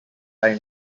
are